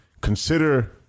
consider